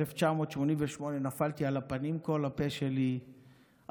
ב-1988 נפלתי על הפנים בהסתערות, כל הפה שלי הרוס.